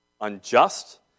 unjust